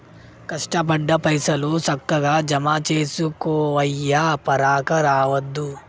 కష్టపడ్డ పైసలు, సక్కగ జమజేసుకోవయ్యా, పరాకు రావద్దు